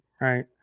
Right